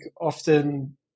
often